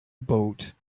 boat